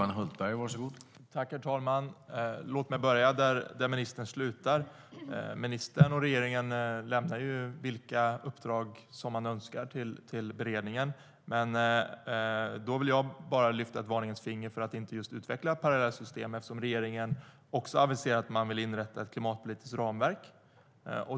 Herr talman! Låt mig börja där ministern slutade. Ministern och regeringen lämnar de uppdrag de önskar till beredningen. Jag vill bara höja ett varningens finger för att inte utveckla just ett parallellt system, eftersom regeringen aviserat att man också vill inrätta ett klimatpolitiskt ramverk.